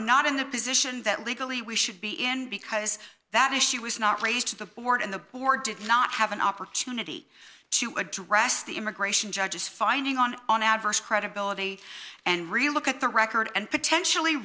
not in the position that legally we should be in because that issue was not raised to the board and the board did not have an opportunity to address the immigration judges finding on an adverse credibility and really look at the record and potentially